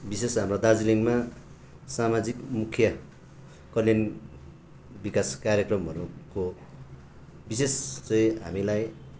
विशेष हाम्रा दार्जिलिङमा सामाजिक मुख्य कल्याण विकास कार्यक्रमहरूको विशेष चाहिँ हामीलाई